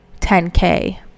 10k